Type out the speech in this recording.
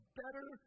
better